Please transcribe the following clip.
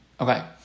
Okay